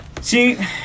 See